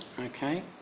okay